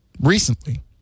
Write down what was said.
recently